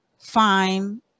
fine